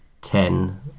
ten